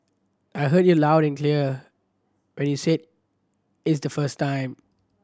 I heard you loud and clear when you said is the first time